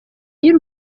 y’u